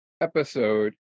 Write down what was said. episode